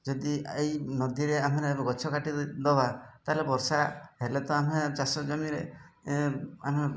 ଯଦି ଏଇ ନଦୀରେ ଆମେ ଗଛ କାଟି ଦେବା ତାହେଲେ ବର୍ଷା ହେଲେ ତ ଆମେ ଚାଷ ଜମିରେ ଆମେ